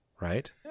right